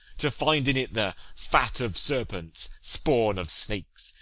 to find in it the fat of serpents, spawn of snakes,